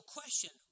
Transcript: question